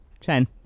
ten